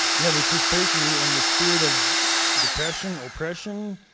yeah, they just pray for me, and the spirit of depression, oppression,